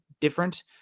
different